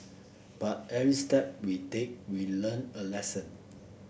but every step we take we learn a lesson